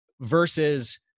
versus